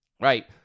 right